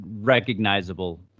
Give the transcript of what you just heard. recognizable